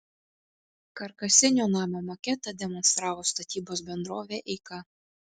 karkasinio namo maketą demonstravo statybos bendrovė eika